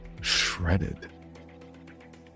shredded